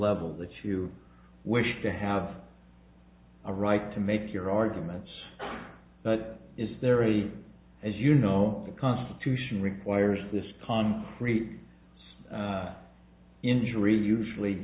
level that to wish to have a right to make your arguments but is there any as you know the constitution requires this concrete injury usually